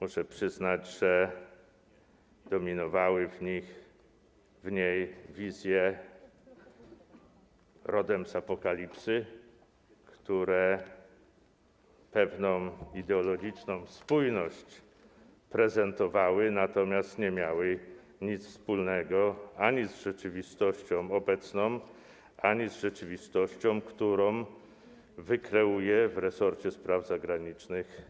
Muszę przyznać, że dominowały w niej wizje rodem z Apokalipsy, które pewną ideologiczną spójność prezentowały, natomiast nie miały nic wspólnego ani z rzeczywistością obecną, ani z rzeczywistością, którą wykreuje w resorcie spraw zagranicznych